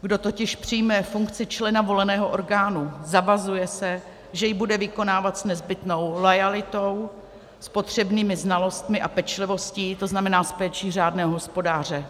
Kdo totiž přijme funkci člena voleného orgánu, zavazuje se, že ji bude vykonávat s nezbytnou loajalitou, potřebnými znalostmi a pečlivostí, tzn. s péčí řádného hospodáře.